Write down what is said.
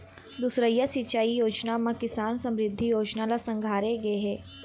दुसरइया सिंचई योजना म किसान समरिद्धि योजना ल संघारे गे हे